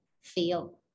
feel